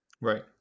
Right